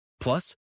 Plus